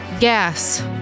gas